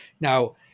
Now